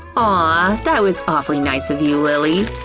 ah that was awfully nice of you, lilly.